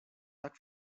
tak